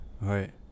Right